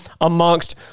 amongst